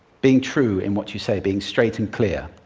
being true in what you say, being straight and clear.